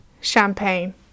champagne